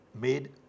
made